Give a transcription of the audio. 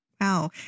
Wow